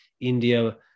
India